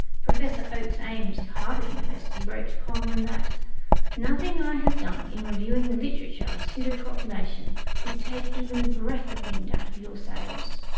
professor oakes ames of harvard university wrote to coleman that nothing i have done in reviewing the literature of pseudocopulation would take even a breath of wind out of your sails.